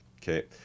Okay